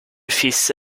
fils